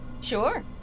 Sure